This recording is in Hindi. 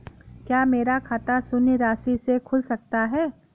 क्या मेरा खाता शून्य राशि से खुल सकता है?